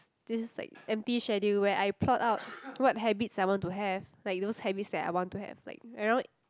this like empty schedule where I plot out what habits I want to have like those habits that I want to have like you know